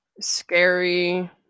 Scary